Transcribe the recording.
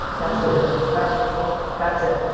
that's the difference. that's what that's it